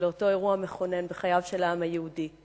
לאותו אירוע מכונן בחייו של העם היהודי: